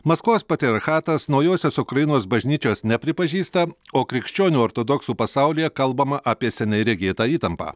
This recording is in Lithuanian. maskvos patriarchatas naujosios ukrainos bažnyčios nepripažįsta o krikščionių ortodoksų pasaulyje kalbama apie seniai regėtą įtampą